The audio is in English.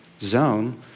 zone